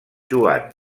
joan